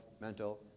mental